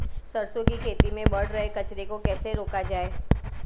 सरसों की खेती में बढ़ रहे कचरे को कैसे रोका जाए?